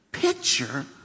Picture